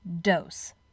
dose